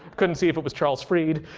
couldn't see if it was charles fried.